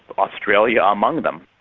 but australia among them.